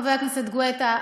חבר הכנסת גואטה,